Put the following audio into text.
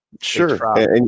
Sure